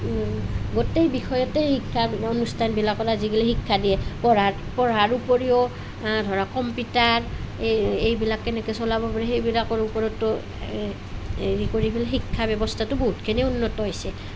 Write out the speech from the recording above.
গোটেই বিষয়তে শিক্ষা অনুষ্ঠানবিলাকত আজিকালি শিক্ষা দিয়ে পঢ়া পঢ়াৰ উপৰিও ধৰক কম্পিউটাৰ এই এইবিলাক কেনেকৈ চলাব পাৰি সেইবিলাকৰ ওপৰতো হেৰি কৰি পেলাই শিক্ষা ব্যৱস্থাটো বহুতখিনি উন্নত হৈছে